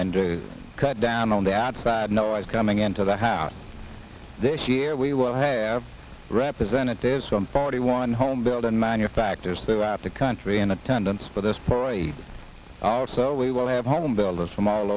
and cut down on the at fact no eyes coming into the house this year we will have representatives from forty one home build and manufacturers throughout the country in attendance for this parade also we will have homebuilders from all